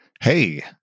Hey